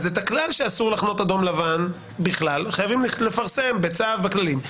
אז את הכלל שאסור לחנות אדום-לבן בכלל חייבים לפרסם בצו בכללים,